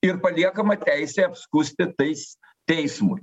ir paliekama teisė apskųsti tais teismui